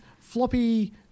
floppy